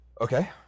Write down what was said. Okay